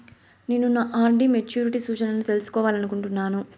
నేను నా RD maturity సూచనలను తెలుసుకోవాలనుకుంటున్నాను